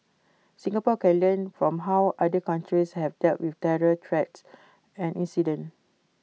Singapore can learn from how other countries have dealt with terror threats and incident